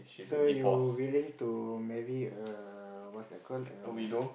so you willing to maybe err what's that called err